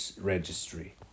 Registry